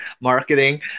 marketing